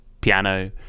Piano